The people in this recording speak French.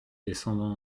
descendant